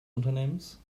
unternehmens